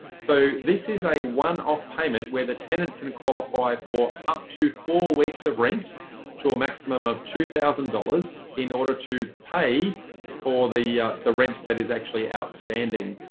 so this is a one-off payment where the tenant can qualify for up to four weeks of rent to a maximum of two thousand dollars in order to pay for the yeah the rent that is actually outstanding.